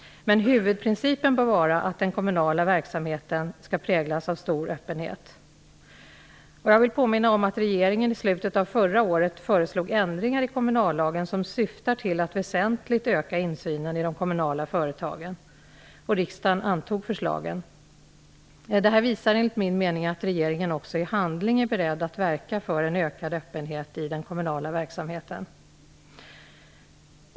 Men huvudprincipen bör vara att den kommunala verksamheten skall präglas av stor öppenhet. Jag vill påminna om att regeringen i slutet av förra året föreslog ändringar i kommunallagen som syftar till att väsentligt öka insynen i de kommunala företagen. Riksdagen antog förslagen. Detta visar enligt min mening att regeringen också i handling är beredd att verka för en ökad öppenhet i den kommunala verksamheten.